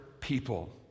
people